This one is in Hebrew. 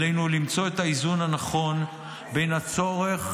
עלינו למצוא את האיזון הנכון בין הצורך